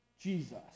Jesus